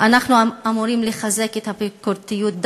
אנחנו אמורים לחזק את הביקורתיות,